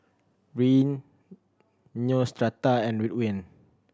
Rene Neostrata and Ridwind